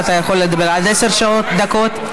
גם קארין אלהרר יכולה לחזור לשלוש דקות לכאן.